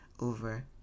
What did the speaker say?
over